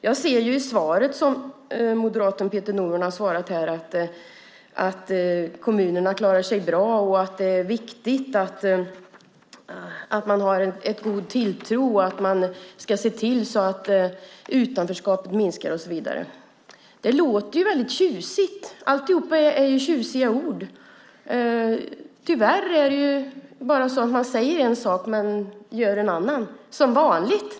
Jag ser i svaret från moderaten Peter Norman att kommunerna klarar sig bra, att det viktigt att ha god tilltro, att man ska se till att utanförskapet minskar och så vidare. Det låter tjusigt; alltihop är fina ord. Men tyvärr säger Moderaterna som vanligt en sak och gör en annan.